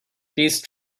these